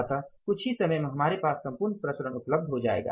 इसलिए कुछ ही समय में हमारे पास संपूर्ण प्रसरण उपलब्ध हो जाएगा